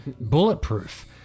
bulletproof